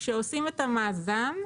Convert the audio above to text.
כשעושים את המאזן,